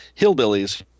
hillbillies